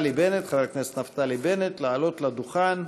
חבר הכנסת נפתלי בנט, לעלות לדוכן.